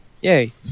Yay